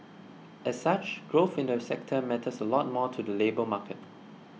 as such growth in the sector matters a lot more to the labour market